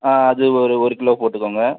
ஆ அது ஒரு ஒரு கிலோ போட்டுக்கோங்க